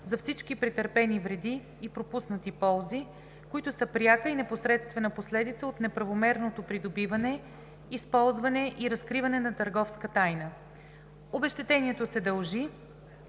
за всички претърпени вреди и пропуснати ползи, които са пряка и непосредствена последица от неправомерното придобиване, използване или разкриване на търговска тайна. Обезщетението се дължи,